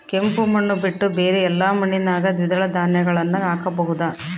ಕೆಂಪು ಮಣ್ಣು ಬಿಟ್ಟು ಬೇರೆ ಎಲ್ಲಾ ಮಣ್ಣಿನಾಗ ದ್ವಿದಳ ಧಾನ್ಯಗಳನ್ನ ಹಾಕಬಹುದಾ?